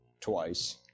twice